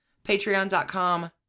Patreon.com